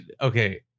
okay